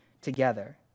together